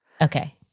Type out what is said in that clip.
Okay